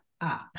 up